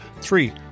three